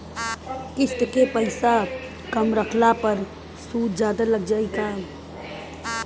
किश्त के पैसा कम रखला पर सूद जादे लाग जायी का?